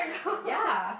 like ya